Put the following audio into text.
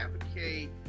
advocate